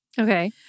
Okay